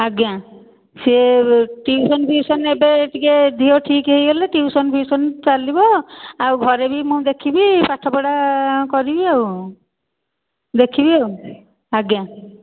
ଆଜ୍ଞା ସେ ଟିଉସନ ଫିଉସନ ଏବେ ଟିକିଏ ଦେହ ଠିକ୍ ହେଇଗଲେ ଟିଉସନ ଫିଉସନ ଚାଲିବ ଆଉ ଘରେ ବି ମୁଁ ଦେଖିବି ପାଠପଢ଼ା କରିବି ଆଉ ଦେଖିବି ଆଉ ଆଜ୍ଞା